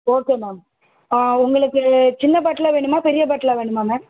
okay ma'am உங்களுக்கு சின்ன பாட்டிலாக வேணுமா பெரிய பாட்டிலாக வேணுமா மேம்